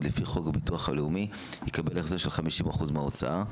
לפי חוק הביטוח הלאומי יקבל החזר של 50% מההוצאה.